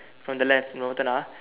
from the left no turn ah